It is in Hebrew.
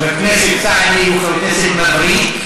חבר הכנסת סעדי הוא חבר כנסת מבריק,